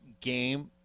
game